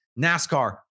NASCAR